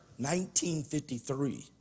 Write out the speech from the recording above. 1953